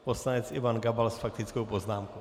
Poslanec Ivan Gabal s faktickou poznámkou.